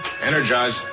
Energize